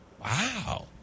Wow